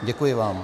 Děkuji vám.